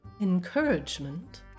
encouragement